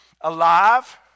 alive